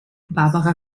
barbara